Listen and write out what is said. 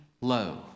low